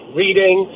reading